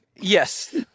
Yes